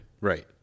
Right